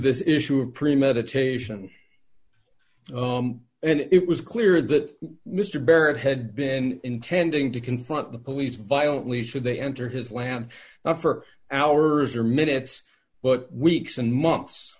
this issue of premeditation and it was clear that mr barrett had been intending to confront the police violently should they enter his land not for hours or minutes but weeks and months